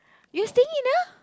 you staying in a